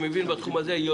אותה.